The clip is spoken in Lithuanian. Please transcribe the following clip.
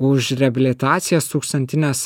už reabilitacijas tūkstantines